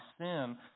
sin